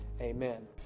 amen